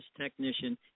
technician